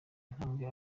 intambwe